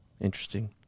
Interesting